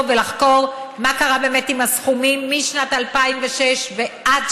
ולחקור מה קרה באמת עם הסכומים משנת 2006 ועד